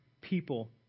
people